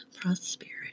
prosperity